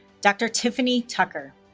dr. tiffany tucker